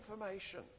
Information